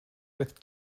with